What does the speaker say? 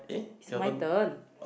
it's my turn